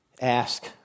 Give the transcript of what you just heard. ask